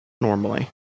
Normally